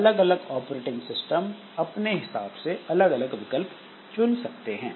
अलग अलग operating system अपने हिसाब से अलग अलग विकल्प चुन सकते हैं